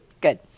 Good